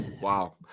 wow